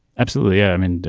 absolutely. yeah. um and